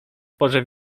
porze